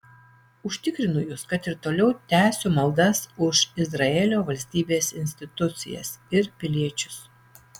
užtikrinu jus kad ir toliau tęsiu maldas už izraelio valstybės institucijas ir piliečius